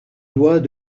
doit